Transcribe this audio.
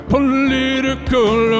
Political